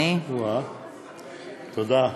תודה,